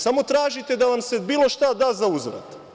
Samo tražite da vam se bilo šta da za uzvrat.